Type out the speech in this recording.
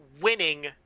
winning